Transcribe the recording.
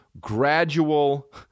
gradual